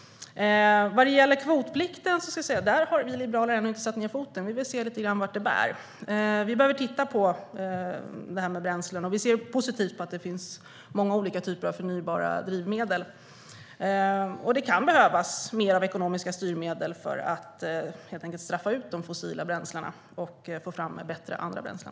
När det gäller kvotplikten har vi liberaler ännu inte satt ned foten. Vi vill se lite grann vart det bär. Vi behöver titta på detta med bränslen, och vi ser positivt på att det finns många olika typer av förnybara drivmedel. Det kan behövas mer av ekonomiska styrmedel för att helt enkelt straffa ut de fossila bränslena och få fram andra, bättre bränslen.